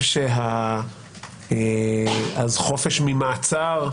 שהחופש ממעצר,